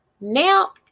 now